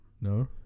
No